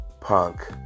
Punk